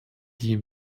die